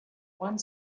one